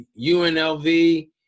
UNLV